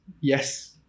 Yes